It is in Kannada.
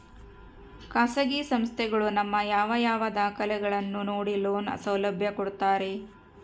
ಖಾಸಗಿ ಸಂಸ್ಥೆಗಳು ನಮ್ಮ ಯಾವ ಯಾವ ದಾಖಲೆಗಳನ್ನು ನೋಡಿ ಲೋನ್ ಸೌಲಭ್ಯ ಕೊಡ್ತಾರೆ?